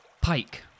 Pike